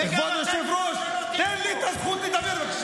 לא תהיה לך בחיים.